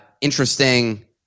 interesting